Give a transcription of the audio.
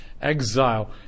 Exile